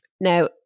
Now